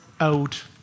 out